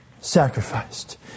sacrificed